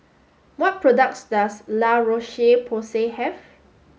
what products does La Roche Porsay have